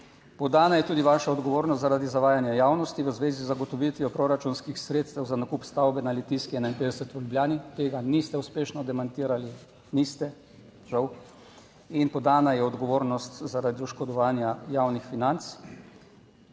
Podana je tudi vaša odgovornost zaradi zavajanja javnosti v zvezi z zagotovitvijo proračunskih sredstev za nakup stavbe na Litijski 51 v Ljubljani. Tega niste uspešno demantirali, niste, žal, in podana je odgovornost zaradi oškodovanja javnih financ